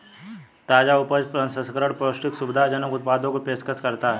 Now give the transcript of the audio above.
ताजा उपज प्रसंस्करण पौष्टिक, सुविधाजनक उत्पादों की पेशकश करता है